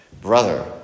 brother